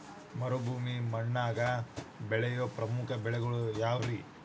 ಮರುಭೂಮಿ ಮಣ್ಣಾಗ ಬೆಳೆಯೋ ಪ್ರಮುಖ ಬೆಳೆಗಳು ಯಾವ್ರೇ?